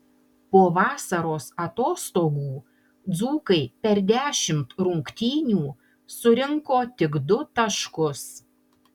po vasaros atostogų dzūkai per dešimt rungtynių surinko tik du taškus